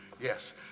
yes